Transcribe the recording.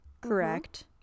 correct